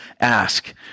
ask